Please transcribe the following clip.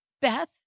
Beth